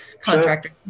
Contractor